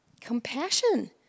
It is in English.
Compassion